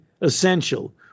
essential